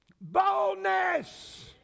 Boldness